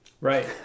Right